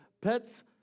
Pets